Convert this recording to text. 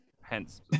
hence